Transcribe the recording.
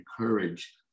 encourage